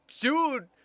dude